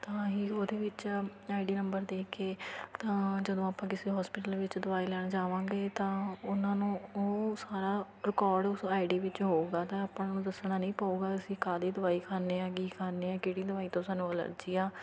ਤਾਂ ਹੀ ਉਹਦੇ ਵਿੱਚ ਆਈਡੀ ਨੰਬਰ ਦੇਖ ਕੇ ਤਾਂ ਜਦੋਂ ਆਪਾਂ ਕਿਸੇ ਹੋਸਪਿਟਲ ਵਿੱਚ ਦਵਾਈ ਲੈਣ ਜਾਵਾਂਗੇ ਤਾਂ ਉਹਨਾਂ ਨੂੰ ਉਹ ਸਾਰਾ ਰਿਕਾਰਡ ਉਸ ਆਈਡੀ ਵਿੱਚ ਹੋਊਗਾ ਤਾਂ ਆਪਾਂ ਨੂੰ ਦੱਸਣਾ ਨਹੀਂ ਪਊਗਾ ਅਸੀਂ ਕਾਹਦੀ ਦਵਾਈ ਖਾਂਨੇ ਆਂ ਕੀ ਖਾਨੇ ਆ ਕਿਹੜੀ ਦਵਾਈ ਤੋਂ ਸਾਨੂੰ ਅਲਰਜੀ ਆ